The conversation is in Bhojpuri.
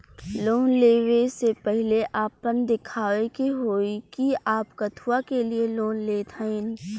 लोन ले वे से पहिले आपन दिखावे के होई कि आप कथुआ के लिए लोन लेत हईन?